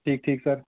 ਠੀਕ ਠੀਕ ਸਰ